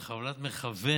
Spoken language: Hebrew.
בכוונת מכוון,